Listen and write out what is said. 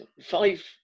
five